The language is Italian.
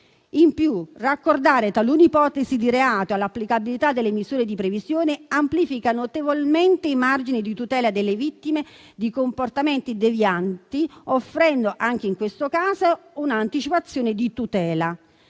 In più, raccordare talune ipotesi di reato all'applicabilità delle misure di prevenzione amplifica notevolmente i margini di tutela delle vittime di comportamenti devianti, offrendo, anche in questo caso, un'anticipazione di tutela.